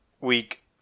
week